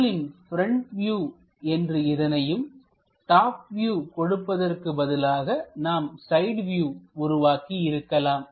பொருளின் front view என்று இதனையும் டாப் வியூ கொடுப்பதற்கு பதிலாக நாம் சைடு வியூ உருவாக்கி இருக்கலாம்